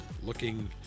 looking